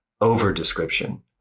over-description